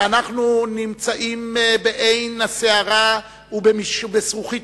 שאנחנו נמצאים בעין הסערה ונבחנים בזכוכית